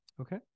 Okay